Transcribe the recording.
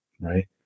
right